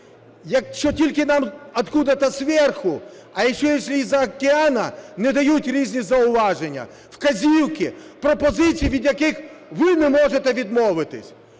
Якщо тільки нам "откуда-то сверху, а еще если из-за океана" не дають різні зауваження, вказівки, пропозиції, від яких ви не можете відмовитися.